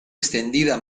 extendida